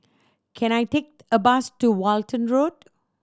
can I take a bus to Walton Road